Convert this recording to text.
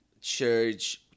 church